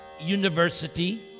university